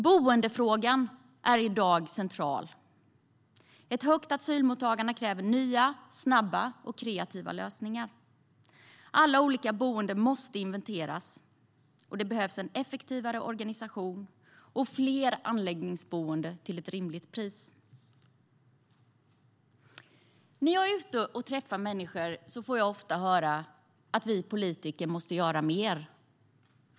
Boendefrågan är i dag central. Ett stort asylmottagande kräver nya, snabba och kreativa lösningar. Alla olika boenden måste inventeras. Det behövs en effektivare organisation och fler anläggningsboenden till ett rimligt pris. När jag träffar människor får jag ofta höra att vi politiker måste göra mer.